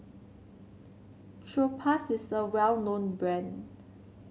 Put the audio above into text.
Propass is a well known brand